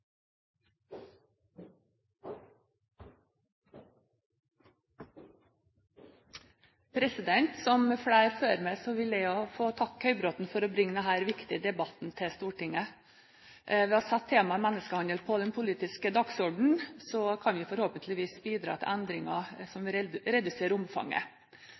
Som flere før meg vil også jeg få takke Dagfinn Høybråten for å bringe denne viktige debatten til Stortinget. Ved å sette temaet «menneskehandel» på den politiske dagsordenen kan vi forhåpentligvis bidra til endringer som vil redusere omfanget.